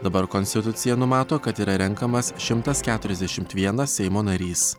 dabar konstitucija numato kad yra renkamas šimtas keturiasdešimt vienas seimo narys